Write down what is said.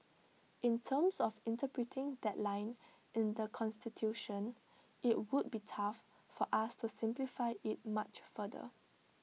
in terms of interpreting that line in the Constitution IT would be tough for us to simplify IT much further